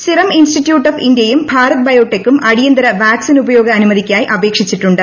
serum institute of ഇന്ത്യൂം ഭാരത് ബയോടെക്സൂം അടിയന്തര വാക്സിൻ ഉപയോഗ അനുമതിക്കായി അപേക്ഷിച്ചിട്ടുണ്ട്